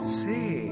see